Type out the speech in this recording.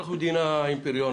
אנחנו מדינה עם פריון